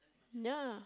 ya